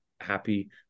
happy